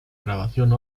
grabación